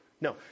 No